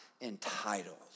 entitled